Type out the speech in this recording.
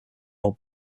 old